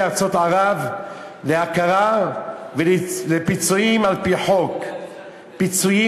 ארצות ערב להכרה ולפיצויים על-פי חוק פיצויים